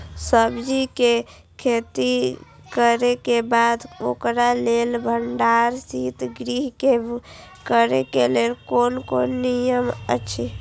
सब्जीके खेती करे के बाद ओकरा लेल भण्डार शित गृह में करे के लेल कोन कोन नियम अछि?